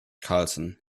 carlson